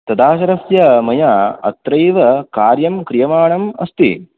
तदाशरस्य मया अत्रैव कार्यं क्रियमाणम् अस्मि